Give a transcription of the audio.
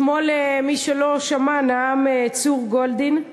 אתמול, מי שלא שמע, נאם צור גולדין,